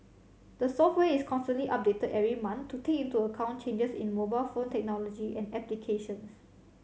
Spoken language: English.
the software is constantly updated every month to take into account changes in mobile phone technology and applications